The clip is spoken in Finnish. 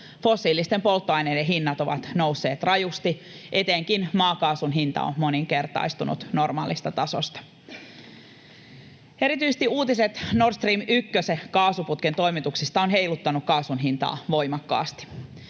fossiilisten polttoaineiden hinnat ovat nousseet rajusti. Etenkin maakaasun hinta on moninkertaistunut normaalista tasosta. Erityisesti uutiset Nord Stream ‑ykköskaasuputken toimituksista ovat heiluttaneet kaasun hintaa voimakkaasti.